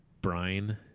brine